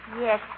Yes